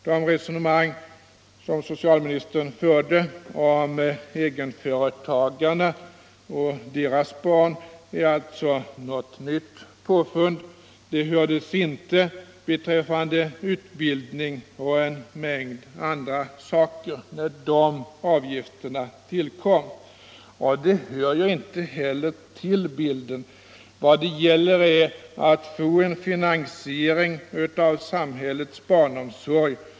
De resonemang som socialministern förde om egenföretagarna och deras barn är alltså ett nytt påfund. De hördes inte beträffande utbildning och andra saker, när de avgifterna tillkom. De hör inte heller till bilden. Vad det gäller är att åstadkomma en finansiering av samhällets barnomsorg.